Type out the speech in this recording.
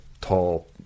tall